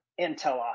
intel